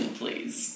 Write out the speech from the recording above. please